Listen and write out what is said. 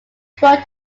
quote